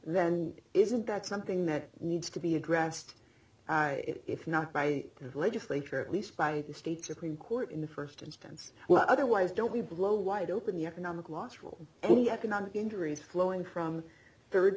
then isn't that something that needs to be addressed if not by the legislature at least by the state supreme court in the first instance what otherwise don't we blow wide open the economic loss for any economic injuries flowing from third